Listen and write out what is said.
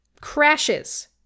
Crashes